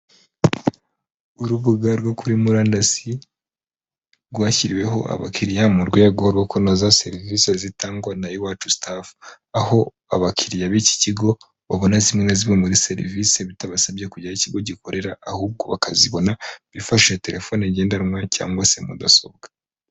Urubuga rwo kuri murandasi rwashyiriweho abakiriya mu rwego rwo kunoza serivisi zitangwa na Iwacu staff, aho abakiriya b'iki kigo babona zimwe na zimwe muri serivisi bitabasabye kujya aho ikigo gikorera, ahubwo bakazibona bifashishije telefoni ngendanwa cyangwa se mudasobwa.